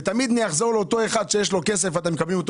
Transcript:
ותמיד אני אחזור לאותו אחד שיש לו כסף ואתם מקבלים אותו